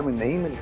name